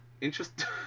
interesting